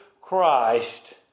Christ